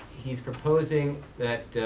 he's proposing that